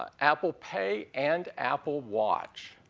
ah apple pay and apple watch.